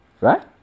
right